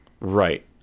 Right